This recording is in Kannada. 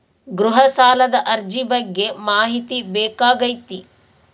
ಗೃಹ ಸಾಲದ ಅರ್ಜಿ ಬಗ್ಗೆ ಮಾಹಿತಿ ಬೇಕಾಗೈತಿ?